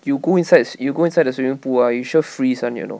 you go inside you go inside the swimming pool ah you sure freeze [one] you know